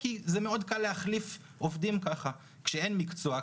כי קל מאוד להחליף עובדים כשאין מקצוע.